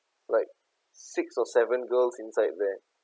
like six or seven girls inside there